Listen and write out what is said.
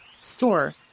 store